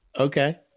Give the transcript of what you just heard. Okay